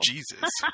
Jesus